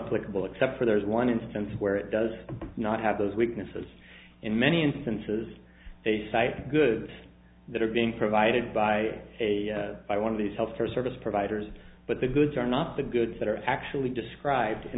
political except for there's one instance where it does not have those weaknesses in many instances they cite the good that are being provided by a by one of these health care service providers but the goods are not the goods that are actually described in